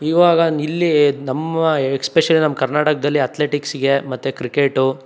ಈವಾಗಿಂದು ಇಲ್ಲಿ ನಮ್ಮ ಎಕ್ಸ್ಪೆಷಲಿ ನಮ್ಮ ಕರ್ನಾಟಕದಲ್ಲಿ ಅತ್ಲೆಟಿಕ್ಸಿಗೆ ಮತ್ತು ಕ್ರಿಕೇಟು